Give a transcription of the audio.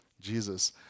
Jesus